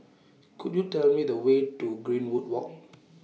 Could YOU Tell Me The Way to Greenwood Walk